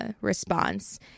Response